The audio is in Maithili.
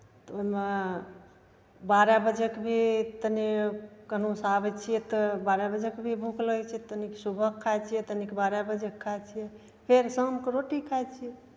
ओहिमे बारह बजेके भी तनी कहूँसँ आबै छियै तऽ बारह बजेके भी भूख लगै छै तनिक सुबहकेँ खाइ छियै तनिक बारह बजेकेँ खाइ छियै फेर शामके रोटी खाइ छियै